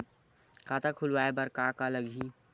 खाता खुलवाय बर का का लगही?